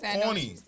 corny